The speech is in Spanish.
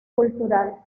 cultural